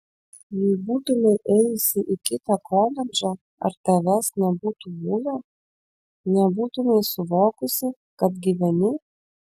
jei būtumei ėjusi į kitą koledžą ar tavęs nebūtų buvę nebūtumei suvokusi kad gyveni